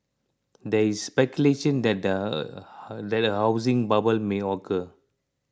there is speculation that a that a housing bubble may occur